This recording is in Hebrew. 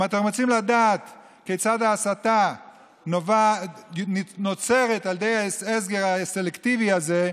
אם אתם רוצים לדעת כיצד ההסתה נוצרת על ידי ההסגר הסלקטיבי הזה,